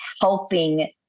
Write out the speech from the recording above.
helping